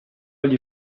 agli